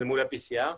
מול ה-PCR,